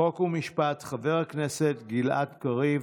חוק ומשפט חבר הכנסת גלעד קריב.